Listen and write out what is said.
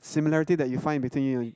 similarity that you find between you and